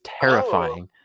terrifying